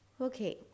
Okay